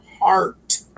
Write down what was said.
heart